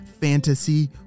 fantasy